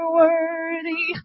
worthy